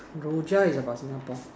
Rojak is about Singapore